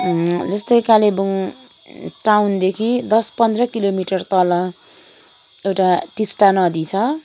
जस्तै कालेबुङ टाउनदेखि दस पन्ध्र किलोमिटर तल एउटा टिस्टा नदी छ